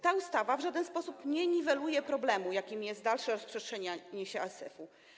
Ta ustawa w żaden sposób nie niweluje problemu, jakim jest dalsze rozprzestrzenianie się ASF-u.